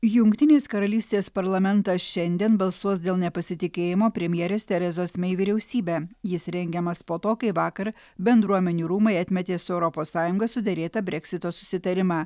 jungtinės karalystės parlamentas šiandien balsuos dėl nepasitikėjimo premjerės terezos mei vyriausybe jis rengiamas po to kai vakar bendruomenių rūmai atmetė su europos sąjunga suderėtą breksito susitarimą